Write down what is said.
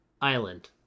island